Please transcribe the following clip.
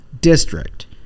district